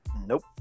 Nope